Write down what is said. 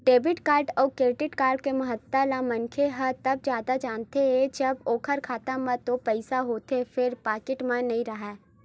debit card अउ credit card के महत्ता ल मनखे ह तब जादा जानथे जब ओखर खाता म तो पइसा होथे फेर पाकिट म नइ राहय